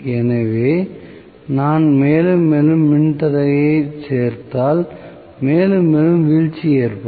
எனவே நான் மேலும் மேலும் மின் தடையை சேர்த்தால் மேலும் மேலும் வீழ்ச்சி ஏற்படும்